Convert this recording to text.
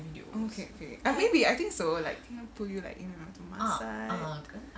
oh okay okay uh maybe I think so like you know pull you like in to my side